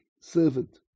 servant